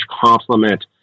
complement